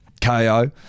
KO